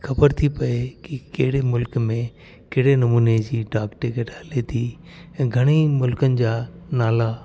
खबर थी पए कि कहिड़े मुल्क़ में कहिड़े नमूने जी डाक टिकिट हले थी ऐं घणेई मुल्क़नि जा नाला